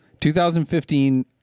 2015